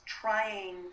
trying